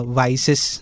vices